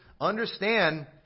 understand